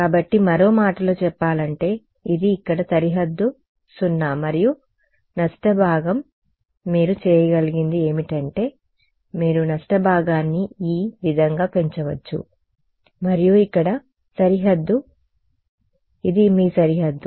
కాబట్టి మరో మాటలో చెప్పాలంటే ఇది ఇక్కడ సరిహద్దు 0 మరియు నష్టం భాగం మీరు చేయగలిగినది ఏమిటంటే మీరు నష్ట భాగాన్ని ఈ విధంగా పెంచవచ్చు మరియు ఇక్కడ సరిహద్దు ఇది మీ సరిహద్దు